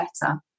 better